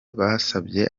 basabye